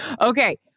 Okay